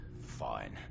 fine